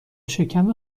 شکم